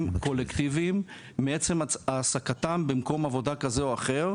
קולקטיביים מעצם העסקתם במקום עבודה כזה או אחר,